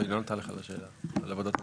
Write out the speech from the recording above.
היא לא ענתה לך על השאלה על עבודות המטה.